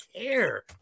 care